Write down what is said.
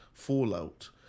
fallout